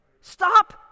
Stop